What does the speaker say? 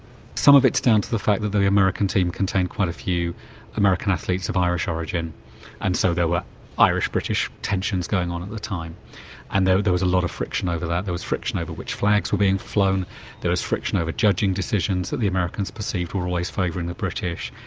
some of it's down to the fact that the american team contained quite a few american athletes of irish origin and so there were irish-british tensions going on at the time and there was a lot of friction over that. there was friction over which flags were being flown there was friction over judging decisions that the americans perceived were always favouring the british,